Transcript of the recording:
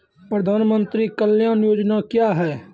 प्रधानमंत्री कल्याण योजना क्या हैं?